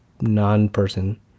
non-person